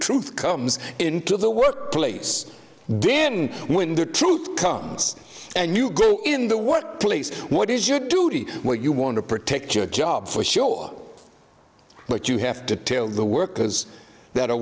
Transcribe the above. truth comes into the workplace then when the truth comes and you go in the workplace what is your duty where you want to protect your job for sure but you have to tell the workers that are